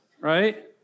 right